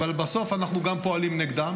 אבל בסוף אנחנו גם פועלים נגדן,